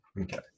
Okay